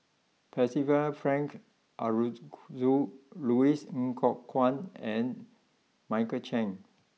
Percival Frank Aroozoo Louis Ng Kok Kwang and Michael Chiang